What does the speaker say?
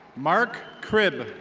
mark crib.